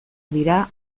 dira